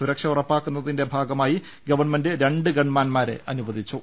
സുരക്ഷ ഉറപ്പാക്കുന്നതിന്റെ ഭാഗമായി ഗവൺമെന്റ് രണ്ട് ഗൺമാൻമാരെ അനുവദിച്ചു